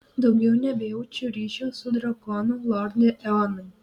daugiau nebejaučiu ryšio su drakonu lorde eonai